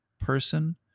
person